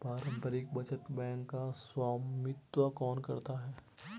पारस्परिक बचत बैंक का स्वामित्व कौन करता है?